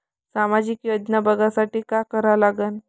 सामाजिक योजना बघासाठी का करा लागन?